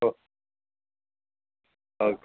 ஓ okay